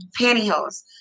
pantyhose